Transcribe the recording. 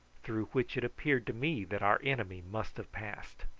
through which it appeared to me that our enemy must have passed.